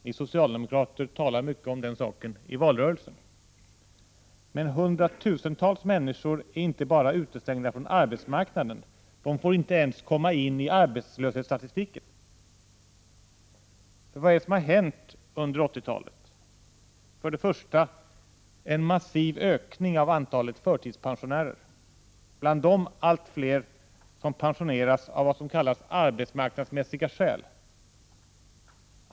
Ni socialdemokrater talade mycket om den saken i valrörelsen. Men det är inte bara så, att hundratusentals människor är utestängda från arbetsmarknaden, utan det är också så, att dessa människor inte ens får komma med i statistiken. Vad är det som har hänt under 80-talet? Ja, först och främst har det skett en kraftig ökning av antalet förtidspensionärer. Av dessa pensioneras allt fler av vad som kallas arbetsmarknadsmässiga skäl.